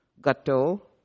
Gato